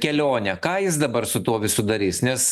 kelionę ką jis dabar su tuo visu darys nes